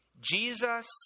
Jesus